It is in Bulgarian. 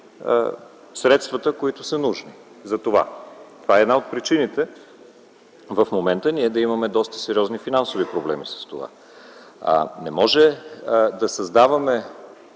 училище, които са нужни за това. Това е една от причините в момента ние да имаме доста сериозни финансови проблеми. Не може да създаваме